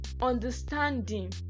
understanding